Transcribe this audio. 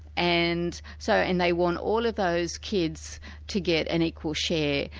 and so and they want all of those kids to get an equal share.